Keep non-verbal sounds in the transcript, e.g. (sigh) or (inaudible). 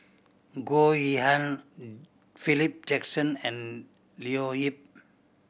Goh Yihan (unintelligible) Philip Jackson and Leo Yip